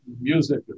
music